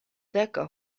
deka